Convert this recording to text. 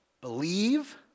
Believe